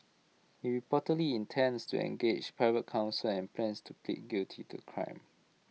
he reportedly intends to engage private counsel and plans to plead guilty to crime